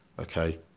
Okay